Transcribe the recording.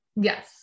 Yes